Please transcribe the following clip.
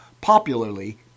popularly